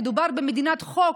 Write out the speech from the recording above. מדובר במדינת חוק,